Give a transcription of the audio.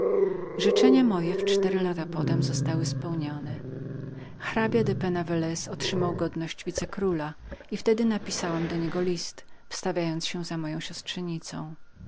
życzenia moje we cztery lata potem zostały spełnione hrabia de penna velez otrzymał godność wicekróla i wtedy napisałam do niego list wstawiając się za